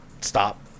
stop